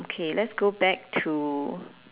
okay let's go back to